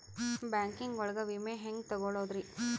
Banking ಒಳಗ ವಿಮೆ ಹೆಂಗ್ ತೊಗೊಳೋದ್ರಿ?